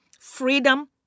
freedom